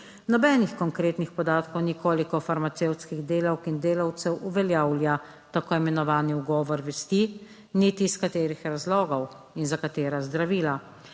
Nobenih konkretnih podatkov ni, koliko farmacevtskih delavk in delavcev uveljavlja tako imenovani ugovor vesti niti iz katerih razlogov in za katera zdravila,